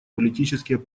политический